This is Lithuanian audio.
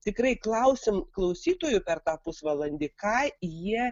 tikrai klausim klausytojų per tą pusvalandį ką jie